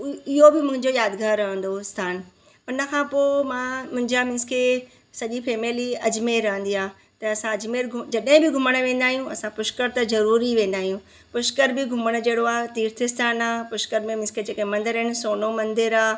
उ इहो मुंहिंजो यादिगार रहंदो साण उनखां पोइ मां मुंहिंजा मींस के सॼी फेमिली अजमेर रहंदी आहे त असां अजमेर घु जॾहिं बि घुमणु वेंदा आहियूं असां पुश्कर त ज़रूरु ई वेंदा आहियूं पुश्कर बि घुमणु जहिड़ो आहे तीर्थ आस्थानु आहे पुश्कर में मींस के जेके मंदर आहिनि सोनो मंदर आहे